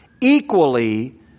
equally